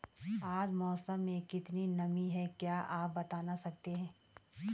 आज मौसम में कितनी नमी है क्या आप बताना सकते हैं?